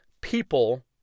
people